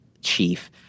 chief